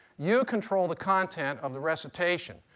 you control the content of the recitation.